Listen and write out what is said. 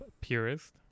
purist